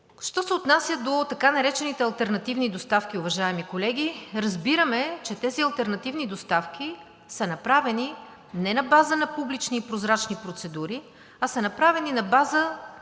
Що се отнася до така наречените алтернативни доставки, уважаеми колеги, разбираме, че тези алтернативни доставки са направени не на база на публични и прозрачни процедури, а са направени на база